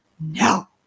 no